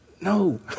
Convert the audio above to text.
No